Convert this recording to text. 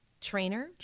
trainer